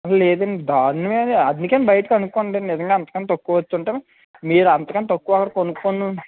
లేదండి దారుణమే అది అందుకే బయట కనుక్కోండి నిజంగా అంతకన్నా తక్కువ వచ్చుంటే మీరు అంతకంటే తక్కువ ఎవరు కొనుక్కోరు